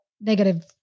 negative